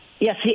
Yes